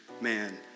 man